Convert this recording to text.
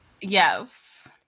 Yes